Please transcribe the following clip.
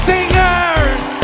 Singers